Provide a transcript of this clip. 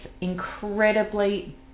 incredibly